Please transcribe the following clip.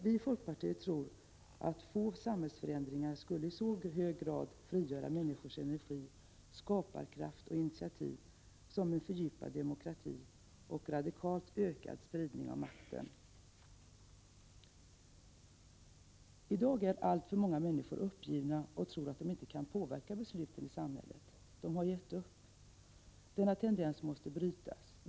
Vi i folkpartiet tror att få samhällsförändringar skulle i så hög grad frigöra människors energi, skaparkraft och initiativ som en fördjupad demokrati och radikalt ökad spridning av makten. I dag är alltför många människor uppgivna och tror att de inte kan påverka besluten i samhället. De har gett upp. Denna tendens måste brytas.